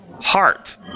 heart